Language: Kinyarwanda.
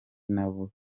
nabo